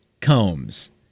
Combs